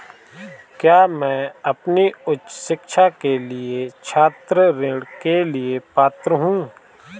क्या मैं अपनी उच्च शिक्षा के लिए छात्र ऋण के लिए पात्र हूँ?